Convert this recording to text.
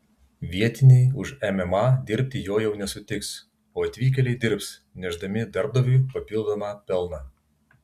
vietiniai už mma dirbti jo jau nesutiks o atvykėliai dirbs nešdami darbdaviui papildomą pelną